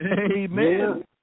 Amen